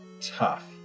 tough